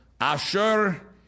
Asher